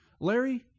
Larry